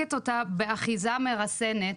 מרתקת אותה באחיזה מרסנת,